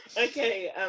Okay